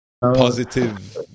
positive